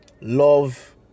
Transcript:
love